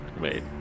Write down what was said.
Wait